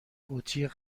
قوطی